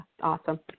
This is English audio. Awesome